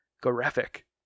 graphic